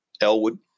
Elwood